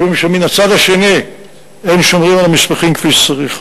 משום שמהצד השני אין שומרים על המסמכים כפי שצריך.